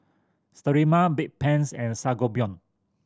Sterimar Bedpans and Sangobion